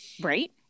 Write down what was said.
Right